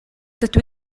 dydw